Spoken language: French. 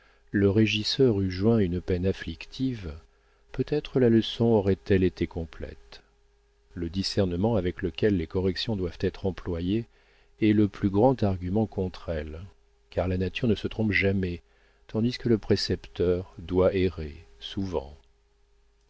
le régisseur eût joint une peine afflictive peut-être la leçon aurait-elle été complète le discernement avec lequel les corrections doivent être employées est le plus grand argument contre elles car la nature ne se trompe jamais tandis que le précepteur doit errer souvent